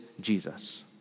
Jesus